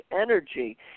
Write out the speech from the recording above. energy